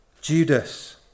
Judas